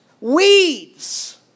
weeds